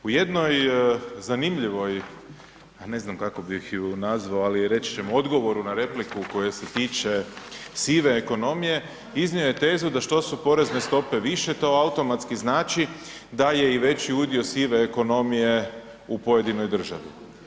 U jednoj zanimljivoj, ne znam kako bih ju nazvao ali reći ćemo odgovoru na repliku koja se tiče sive ekonomije iznio je tezu da što su porezne stope više to automatski znači da je i veći udio sive ekonomije u pojedinoj državi.